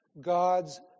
God's